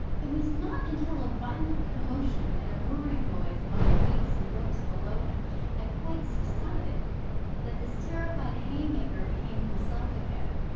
it was not until a violent commotion and a whirring noise among the weights and ropes below him had quite subsided that this terrified hay-maker became himself again.